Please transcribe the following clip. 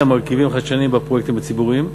מרכיבים חדשניים בפרויקטים הציבוריים,